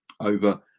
over